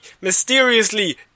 mysteriously